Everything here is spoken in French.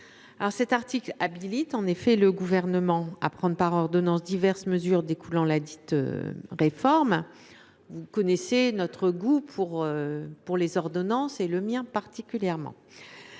Cet article habilite en effet le Gouvernement à prendre par ordonnances diverses mesures découlant de ladite réforme. Vous connaissez notre goût pour les ordonnances, en particulier le